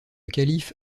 calife